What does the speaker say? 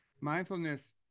Mindfulness